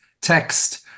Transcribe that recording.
text